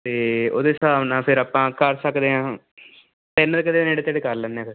ਅਤੇ ਉਹਦੇ ਹਿਸਾਬ ਨਾਲ ਫਿਰ ਆਪਾਂ ਕਰ ਸਕਦੇ ਹਾਂ ਤਿੰਨ ਕੁ ਦੇ ਨੇੜੇ ਤੇੜੇ ਕਰ ਲੈਂਦੇ ਹਾਂ ਫਿਰ